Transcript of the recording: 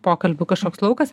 pokalbių kažkoks laukas